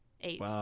eight